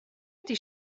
ydy